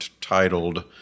titled